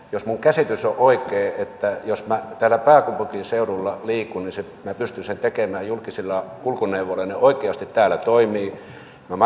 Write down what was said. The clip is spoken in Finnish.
jos minun käsitykseni on oikea että jos minä täällä pääkaupunkiseudulla liikun niin minä pystyn sen tekemään julkisilla kulkuneuvoilla ja ne oikeasti täällä toimivat